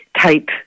type